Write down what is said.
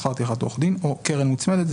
שכר טרחת עורך דין או קרן מוצמדת.